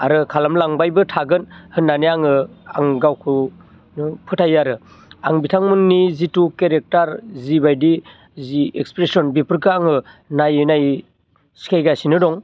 आरो खालामलांबायबो थागोन होन्नानै आङो आं गावखौनो फोथायो आरो आं बिथांमोननि जिथु केरेक्टार जिबायदि जि एक्सफ्रेसन बेफोरखौ आङो नायै नायै सिखायगासिनो दङ